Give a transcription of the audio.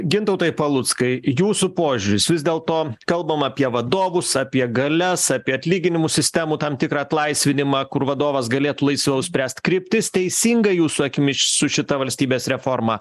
gintautai paluckai jūsų požiūris vis dėlto kalbam apie vadovus apie galias apie atlyginimų sistemų tam tikrą atlaisvinimą kur vadovas galėtų laisviau spręst kryptis teisinga jūsų akimis su šita valstybės reforma